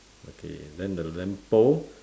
okay then the lamp pole